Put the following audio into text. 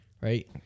right